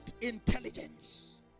intelligence